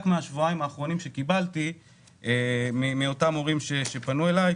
מהשבועיים האחרונים מאותם הורים שפנו אלי: